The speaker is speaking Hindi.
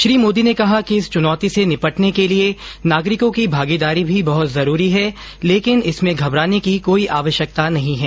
श्री मोदी ने कहा कि इस चूनौती से निपटने के लिए नागरिकों की भागीदारी भी बहत जरूरी है लेकिन इसमें घबराने की कोई आवश्यकता नहीं है